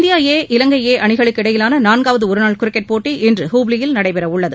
India A இலங்கை A அணிகளுக்கு இடையிலான நான்காவது ஒருநாள் கிரிக்கெட் போட்டி இன்று ஹூப்ளியில் நடைபெற உள்ளது